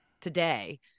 today